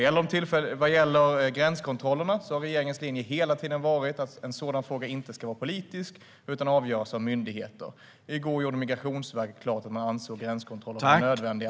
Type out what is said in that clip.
När det gäller gränskontrollerna har regeringens linje hela tiden varit att en sådan fråga inte ska vara politisk utan avgöras av myndigheter. I går gjorde Migrationsverket klart att man anser att gränskontrollerna är nödvändiga.